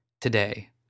Today